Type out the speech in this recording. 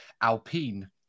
Alpine